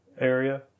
area